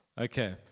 Okay